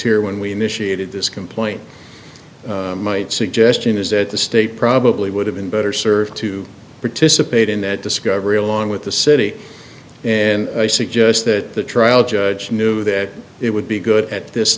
here when we initiated this complaint might suggestion is that the state probably would have been better served to participate in that discovery along with the city and i suggest that the trial judge knew that it would be good at this